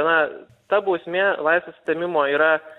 na ta bausmė laisvės atėmimo yra